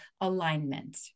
alignment